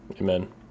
Amen